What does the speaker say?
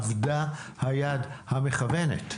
אבדה היד המכוונת.